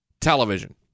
television